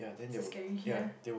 so scary ya